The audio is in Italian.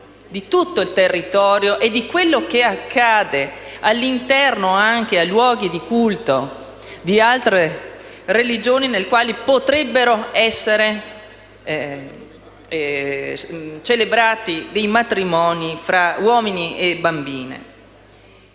di tutto il territorio e di ciò che accade all'interno dei luoghi di culto di altre religioni, in cui potrebbero essere celebrati matrimoni tra uomini e bambine.